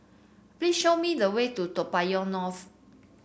please show me the way to Toa Payoh North